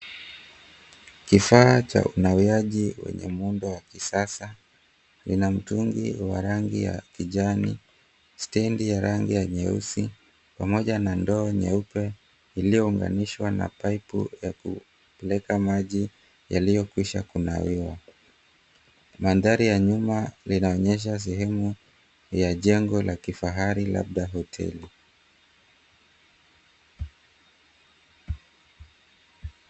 Kifaa cha unawiaji wenye muundo wa kisasa ina mtungi wa rangi ya kijani, stendi ya rangi ya nyeusi pamoja na ndoo nyeupe, iliyounganishwa na paipu ya kupeleka maji yaliyokiwisha kunawiwa. Mandhari ya nyuma linaonyesha sehemu ya jengo la kifahari labda hoteli.